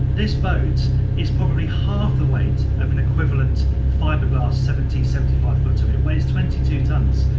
this boat is probably half the weight of an equivalent fiberglass seventy seventy five footer, it weighs twenty two tonnes,